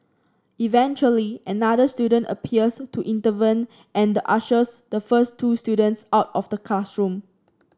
eventually another student appears to intervene and ushers the first two students out of the classroom